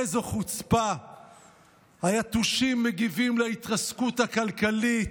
איזו חוצפה, היתושים מגיבים על ההתרסקות הכלכלית,